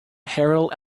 harold